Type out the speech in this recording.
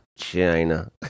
china